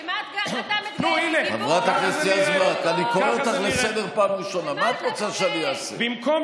את היית הראשונה שצריכה להוציא